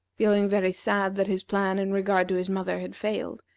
feeling very sad that his plan in regard to his mother had failed,